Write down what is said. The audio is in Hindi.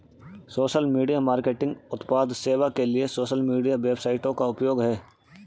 सोशल मीडिया मार्केटिंग उत्पाद सेवा के लिए सोशल मीडिया वेबसाइटों का उपयोग है